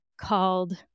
called